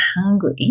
hungry